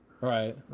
Right